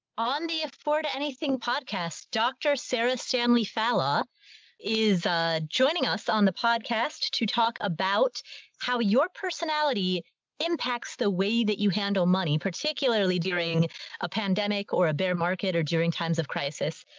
on the afford anything podcast. dr. sarah stanley fallah is joining us on the podcast to talk about how your personality impacts the way that you handle money, particularly during a pandemic or a bear market or during times of crisis.